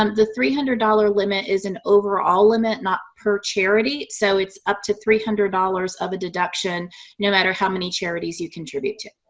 um the three hundred dollars limit is an overall limit, not per charity. so it's up to three hundred dollars of a deduction no matter how many charities you contribute to.